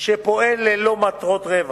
שפועל ללא מטרות רווח.